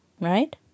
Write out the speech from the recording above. right